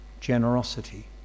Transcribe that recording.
generosity